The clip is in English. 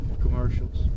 commercials